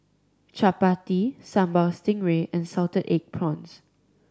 chappati Sambal Stingray and salted egg prawns